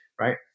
right